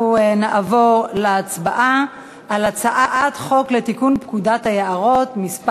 אנחנו נעבור להצבעה על הצעת חוק לתיקון פקודת היערות (מס'